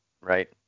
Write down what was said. right